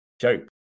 joke